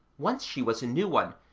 once she was a new one,